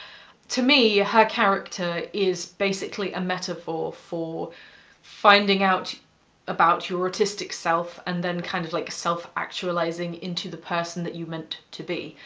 to me, her character is basically a metaphor for finding out about your autistic self, and then kind of, like, self-actualizing into the person that you meant to be.